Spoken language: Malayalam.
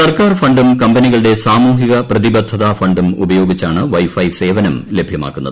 സർക്കാർ ഫണ്ടും കമ്പനികളുടെ സാമൂഹികപ്രതിബദ്ധതാ ഫണ്ടും ഉപയോഗിച്ചാണ് വൈ ഫൈ സേവനം ലഭ്യമാക്കുന്നത്